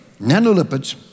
Nanolipids